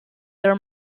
their